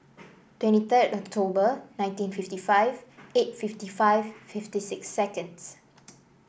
twenty three October nineteen fifty five eight fifty five fifty six